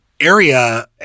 area